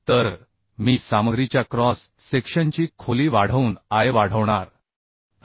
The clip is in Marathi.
तर मी सामग्रीच्या क्रॉस सेक्शनची खोली वाढवून I वाढवणार आहे